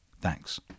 Thanks